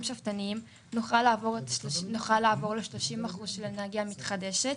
שאפתניים נוכל לעבור ל-30% של אנרגיה מתחדשת